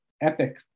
epic